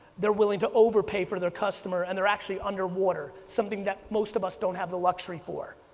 they're willing to overpay for their customer and they're actually underwater, something that most of us don't have the luxury for.